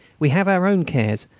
we have our own cares,